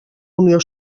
unió